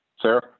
Sarah